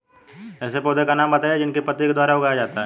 ऐसे पौधे का नाम बताइए जिसको पत्ती के द्वारा उगाया जाता है